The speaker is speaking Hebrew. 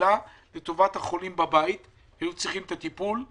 לקהילה לטובת החולים בבית שהיו צריכים את הטיפול,